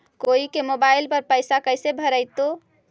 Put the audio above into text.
कोई के मोबाईल पर पैसा कैसे भेजइतै?